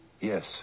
Yes